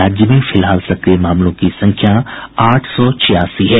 राज्य में फिलहाल सक्रिय मामलों की संख्या आठ सौ छियासी है